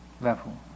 level